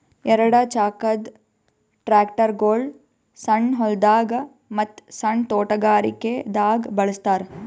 ಎರಡ ಚಾಕದ್ ಟ್ರ್ಯಾಕ್ಟರ್ಗೊಳ್ ಸಣ್ಣ್ ಹೊಲ್ದಾಗ ಮತ್ತ್ ಸಣ್ಣ್ ತೊಟಗಾರಿಕೆ ದಾಗ್ ಬಳಸ್ತಾರ್